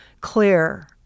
clear